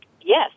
Yes